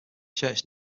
church